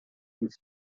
puisse